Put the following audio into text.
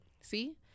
See